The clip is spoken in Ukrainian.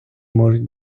можуть